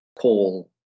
call